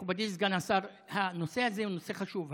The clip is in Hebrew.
מכובדי סגן השר, הנושא הזה הוא נושא חשוב.